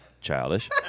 Childish